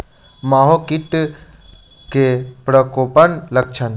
माहो कीट केँ प्रकोपक लक्षण?